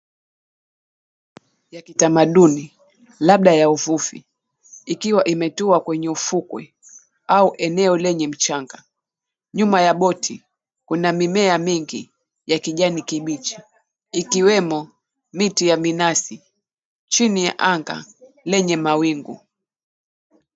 Ya kitamaduni, labda ya uvivu ikiwa imetua kwenye ufukwe au eneo lenye mchanga. Nyuma ya boti kuna mimea mingi ya kijanikibichi ikiwemo miti ya minazi, chini ya anga lenye mawingu.